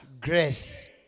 grace